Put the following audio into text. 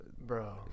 Bro